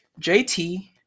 JT